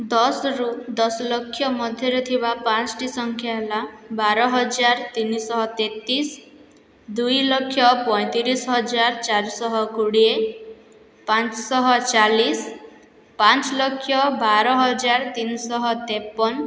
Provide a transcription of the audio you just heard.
ଦଶ ରୁ ଦଶ ଲକ୍ଷ ମଧ୍ୟରେ ଥିବା ପାଞ୍ଚ୍ଟି ସଂଖ୍ୟା ହେଲା ବାର ହଜାର ତିନିଶହ ତେତିଶ ଦୁଇଲକ୍ଷ ପଇଁତିରିଶ ହଜାର ଚାରିଶହ କୋଡ଼ିଏ ପାଞ୍ଚଶହ ଚାଲିଶ ପାଞ୍ଚ ଲକ୍ଷ ବାର ହଜାର ତିନିଶହ ତେପନ